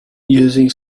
using